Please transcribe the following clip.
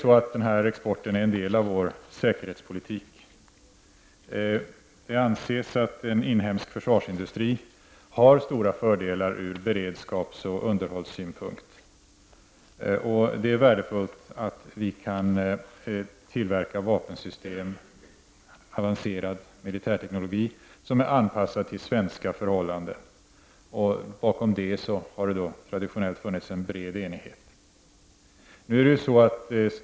Den exporten är en del av vår säkerhetspolitik. Det anses att en inhemsk försvarsindustri innebär stora fördelar ur beredskaps och underhållssynpunkt. Det är värdefullt att vi kan tillverka vapensystem och avancerad militärteknologi som är anpassad till svenska förhållanden. Bakom detta har det traditionellt funnits en bred enighet.